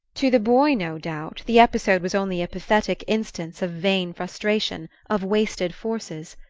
to the boy, no doubt, the episode was only a pathetic instance of vain frustration, of wasted forces.